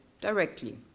directly